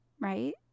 Right